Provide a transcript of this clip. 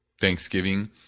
Thanksgiving